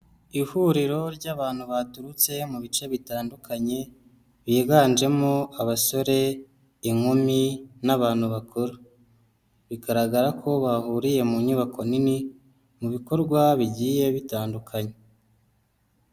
Ihuriro ry'abantu baturutse mu bice bitandukanye, biganjemo abasore, inkumi n'abantu bakuru, bigaragara ko bahuriye mu nyubako nini, mu bikorwa bigiye bitandukanye.